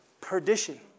perdition